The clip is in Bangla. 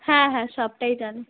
হ্যাঁ হ্যাঁ সবটাই জানে